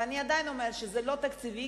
ואני עדיין אומרת שזה לא תקציבי,